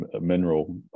mineral